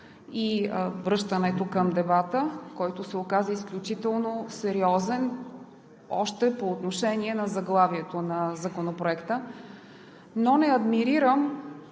и връщането към дебата, който се оказа изключително сериозен още по отношение на заглавието на Законопроекта, но не адмирирам